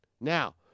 Now